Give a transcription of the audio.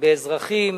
מפגיעה באזרחים,